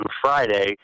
Friday